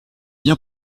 bien